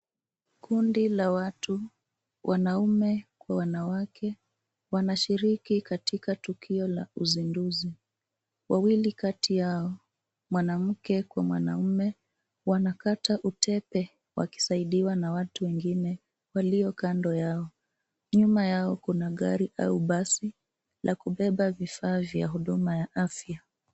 Kundi la watu, wanaume kwa wanawake wanashiriki katika tukio la uzinduzi. Wawili kati yao, mwanamke kwa mwanaume wanakata utepe wakisaidiwa na watu wengine walio kando yao. Nyuma yao kuna gari au basi la kubeba vifaa vya huduma ya afya.